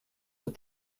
but